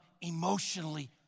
emotionally